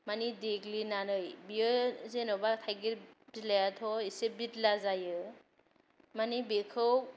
मानि देग्लिनानै बेयो जेनबा थाइगिर बिलाइ आथ' एसे बिज्ला जायो मानि बिखौ